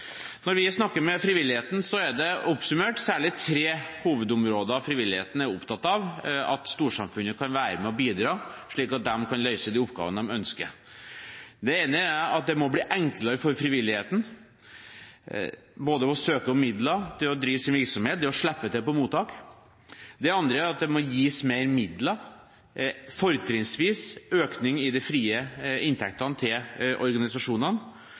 Når vi snakker med frivilligheten, er det – oppsummert – særlig tre hovedområder frivilligheten er opptatt av at storsamfunnet kan være med og bidra på, slik at de kan løse de oppgavene de ønsker. Det ene er at det må bli enklere for frivilligheten å søke om midler, drive sin virksomhet og å slippe til på mottak. Det andre er at det må gis mer midler, fortrinnsvis en økning i de frie inntektene til organisasjonene,